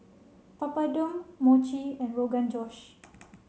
Papadum Mochi and Rogan Josh